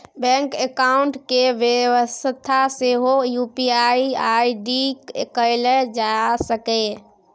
bank account केर बेबस्था सेहो यु.पी.आइ आइ.डी कएल जा सकैए